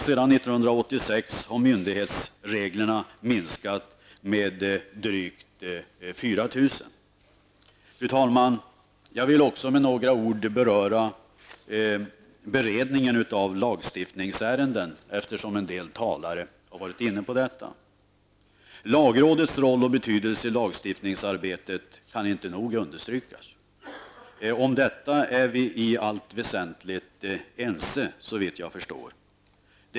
Sedan Fru talman! Jag vill också med några ord beröra beredningen av lagstiftningsärenden, eftersom en del talare har varit inne på detta. Lagrådets roll och betydelse i lagstiftningsarbetet kan inte nog understrykas. Om detta är vi i allt väsentligt ense, såvitt jag förstår.